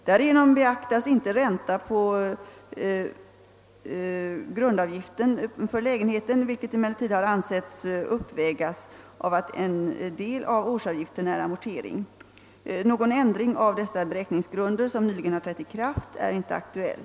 Därigenom beaktas inte ränta på grundavgiften för lägenheten, vilket emellertid har ansetts uppvägas av att en del av årsavgiften är amortering. Någon ändring av dessa beräkningsgrunder, som nyligen har trätt i kraft, är inte aktuell.